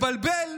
ומתבלבל.